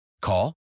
Call